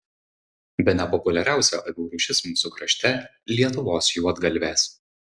bene populiariausia avių rūšis mūsų krašte lietuvos juodgalvės